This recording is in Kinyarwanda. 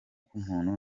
k’umuntu